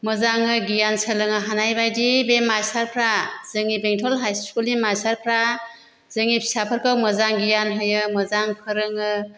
मोजाङै गियान सोलोंनो हानायबायदि बे मास्टारफ्रा जोंनि बेंतल हाइ स्कुलनि मास्टारफ्रा जोंनि फिसाफोरखौ मोजां गियान होयो मोजां फोरोङो